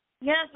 Yes